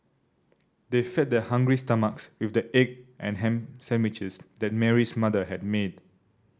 they fed their hungry stomachs with the egg and ham sandwiches that Mary's mother had made